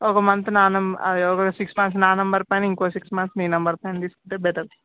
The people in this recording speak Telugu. ఒక మంత్ నా నం ఒక సిక్స్ మంత్స్ నా నంబర్ పైన ఇంకో సిక్స్ మంత్స్ నీ నంబర్ పైన తీసుకుంటే బెటర్